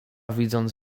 widząc